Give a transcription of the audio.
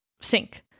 sink